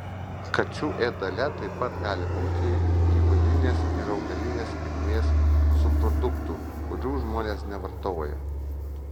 kačių ėdale taip pat gali būti gyvūnines ir augalinės kilmės subproduktų kurių žmonės nevartoja